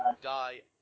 die